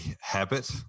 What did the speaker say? habit